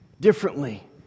differently